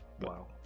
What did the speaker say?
wow